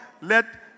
let